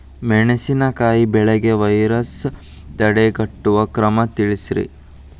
ಮೆಣಸಿನಕಾಯಿ ಬೆಳೆಗೆ ವೈರಸ್ ತಡೆಗಟ್ಟುವ ಕ್ರಮ ತಿಳಸ್ರಿ